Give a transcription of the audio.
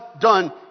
done